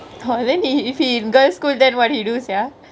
oh then if he in girls school then what he do sia